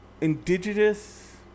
indigenous